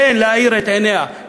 כן להאיר את עיניה,